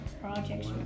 projects